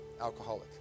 alcoholic